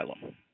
asylum